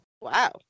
Wow